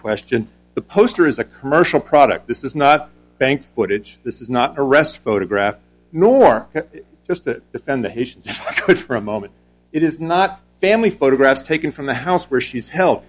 question the poster is a commercial product this is not bank footage this is not arrest photograph nor just to defend the haitians which for a moment it is not family photographs taken from the house where she's hel